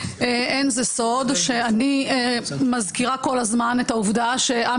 אין זה סוד שאני מזכירה כל הזמן את העובדה שעם